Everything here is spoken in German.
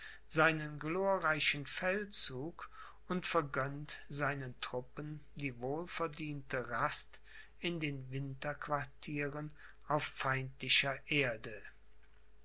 seinen glorreichen feldzug und vergönnt seinen truppen die wohlverdiente rast in den winterquartieren auf feindlicher erde